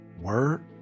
Word